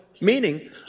Meaning